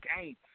game